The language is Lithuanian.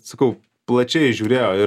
sakau plačiai žiūrėjo ir